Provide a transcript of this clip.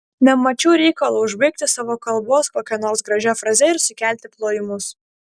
nemačiau reikalo užbaigti savo kalbos kokia nors gražia fraze ir sukelti plojimus